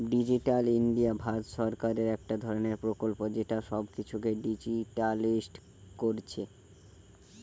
digital India Bharat সরকারের একটা ধরণের প্রকল্প যেটা সব কিছুকে ডিজিটালিসড কোরছে